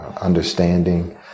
understanding